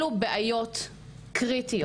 אלו כולן בעיות קריטיות